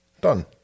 done